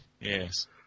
Yes